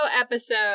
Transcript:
episode